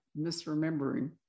misremembering